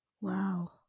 Wow